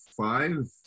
five